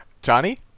Johnny